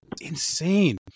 insane